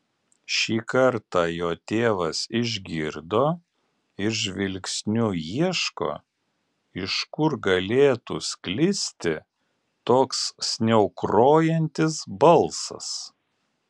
šį kartą jo tėvas išgirdo ir žvilgsniu ieško iš kur galėtų sklisti toks sniaukrojantis balsas